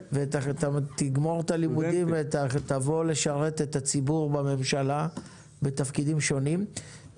תגמור את הלימודים ותבוא לשרת הציבור בממשלה בתפקידים שונים.